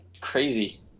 crazy